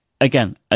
Again